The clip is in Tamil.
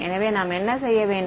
எனவே நாம் என்ன செய்ய வேண்டும்